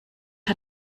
hat